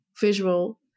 visual